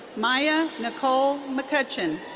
maya nicole mccutcheon.